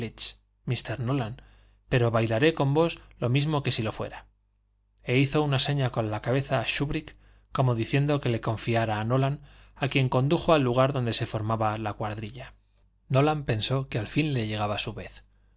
nolan pero bailaré con vos lo mismo que si lo fuera e hizo una seña con la cabeza a shúbrick como diciendo que le confiara a nolan a quien condujo al lugar donde se formaba la cuadrilla nolan pensó que al fin le llegaba su vez